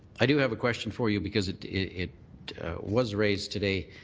i do have a question for you because it it was raised today,